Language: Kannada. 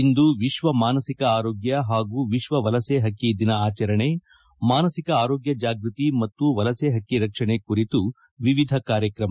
ಇಂದು ವಿಶ್ವ ಮಾನಸಿಕ ಆರೋಗ್ಯ ಹಾಗೂ ವಿಶ್ವ ವಲಸೆ ಹಕ್ಕೆ ದಿನ ಆಚರಣೆ ಮಾನಸಿಕ ಆರೋಗ್ಯ ಜಾಗೃತಿ ಮತ್ತು ವಲಸೆ ಹಕ್ಕಿ ರಕ್ಷಣೆ ಕುರಿತು ವಿವಿಧ ಕಾರ್ಯಕ್ರಮ